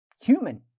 human